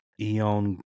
Eon